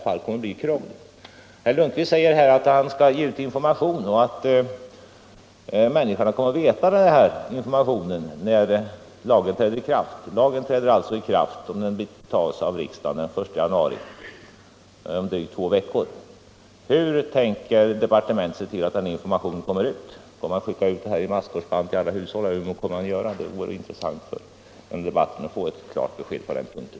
Herr Lundkvist säger att han skall ge ut information och att människorna kommer att känna till de här bestämmelserna när lagen träder i kraft. Lagen träder i kraft, om den nu antas av riksdagen, den 1 januari 1976, dvs. om drygt två veckor. Hur tänker departementet se till att informationen kommer ut? Kommer man att skicka ut information i masskorsband till alla hushåll, eller hur tänker man göra? Det vore intressant att få ett klart besked på den punkten.